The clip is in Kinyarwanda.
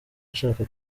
ashaka